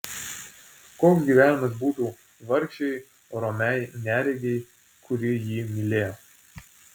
koks gyvenimas būtų vargšei romiai neregei kuri jį mylėjo